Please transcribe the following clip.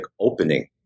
opening